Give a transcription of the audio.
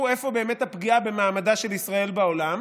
איפה באמת הפגיעה במעמדה של ישראל בעולם.